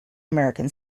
american